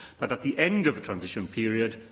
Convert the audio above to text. but at the end of the transition period,